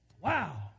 Wow